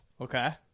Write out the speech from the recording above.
Okay